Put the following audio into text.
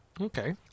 Okay